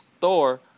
Thor